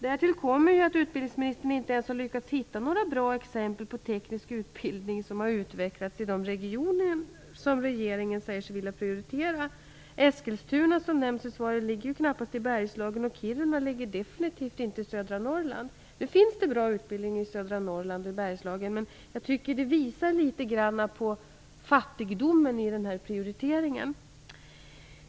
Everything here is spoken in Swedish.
Därtill kommer att utbildningsministern inte har lyckats hitta några bra exempel på att teknisk utbildning har utvecklats i de regioner som regeringen säger sig vilja prioritera. Eskilstuna, som nämns i svaret, ligger ju knappast i Bergslagen, och Kiruna ligger definitivt inte i södra Norrland. Det finns bra utbildning i södra Norrland och i Bergslagen, men jag tycker att detta visar på fattigdomen i prioriteringen.